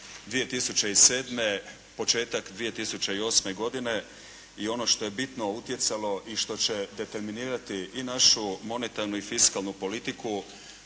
2007. početak 2008. godine i ono što je bitno utjecalo i što će determinirati i našu monetarnu i fiskalnu politiku